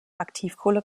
aktivkohle